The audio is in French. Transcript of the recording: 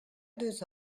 deux